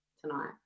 tonight